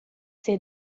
ser